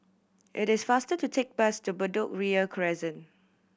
it is faster to take bus to Bedok Ria Crescent